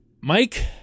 Mike